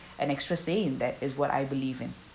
an extra say in that is what I believe in